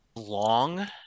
long